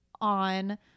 on